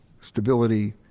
stability